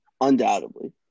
undoubtedly